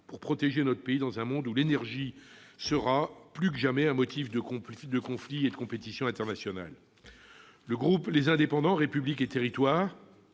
pour protéger notre pays dans un monde où l'énergie sera, plus que jamais, un motif de conflit et de compétition internationale. Le groupe Les Indépendants- République et Territoires